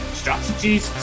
strategies